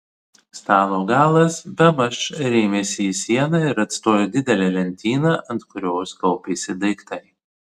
stalo galas bemaž rėmėsi į sieną ir atstojo didelę lentyną ant kurios kaupėsi daiktai